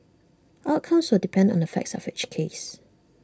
outcomes will depend on the facts of each case